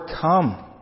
come